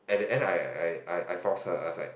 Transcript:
at the end I I I force her I was like